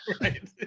Right